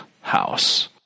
house